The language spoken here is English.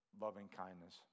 loving-kindness